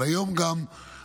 גם היום בישיבה,